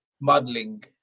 modeling